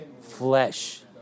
flesh